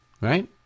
right